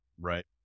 right